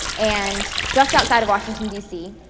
and just outside of washington dc,